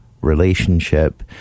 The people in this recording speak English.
relationship